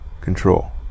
control